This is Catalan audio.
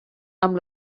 amb